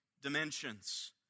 dimensions